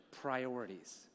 priorities